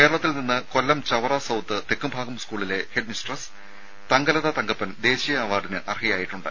കേരളത്തിൽ നിന്ന് കൊല്ലം ചവറ സൌത്ത് തെക്കുംഭാഗം സ്കൂളിലെ ഹെഡ്മിസ്ട്രസ് തങ്കലത തങ്കപ്പൻ ദേശീയ അവാർഡിന് അർഹയായിട്ടുണ്ട്